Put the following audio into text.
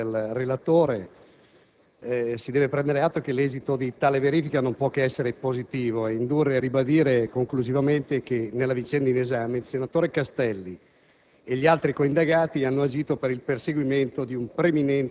*(FI)*. Presidente, tenuto conto della relazione del relatore, si deve prendere atto che l'esito di tale verifica non può che essere positivo e indurre a ribadire conclusivamente che, nella vicenda in esame, il senatore Castelli